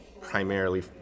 primarily